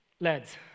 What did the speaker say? Lads